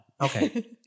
Okay